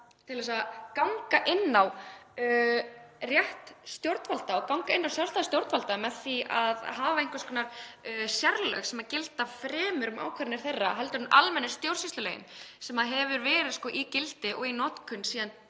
til að ganga inn á rétt stjórnvalda og ganga inn á sjálfstæði stjórnvalda með því að hafa einhvers konar sérlög sem gilda um ákvarðanir þeirra fremur en almennu stjórnsýslulögin sem hafa verið í gildi og í notkun síðan